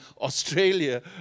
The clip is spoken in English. Australia